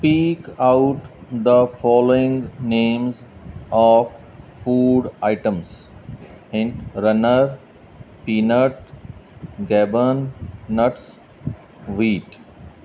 speak out the following names of food items in runner peanut ਗੈਬਨ nuts wheat